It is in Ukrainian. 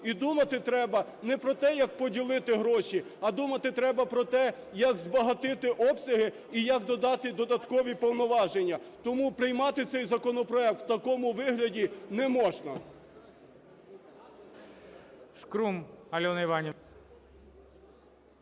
І думати треба не про те, як поділити гроші, а думати треба про те, як збагатити обсяги і як додати додаткові повноваження. Тому приймати цей законопроект в такому вигляді неможна.